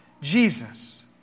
Jesus